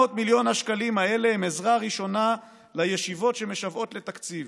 מיליון השקלים האלה הם עזרה ראשונה לישיבות שמשוועות לתקציב,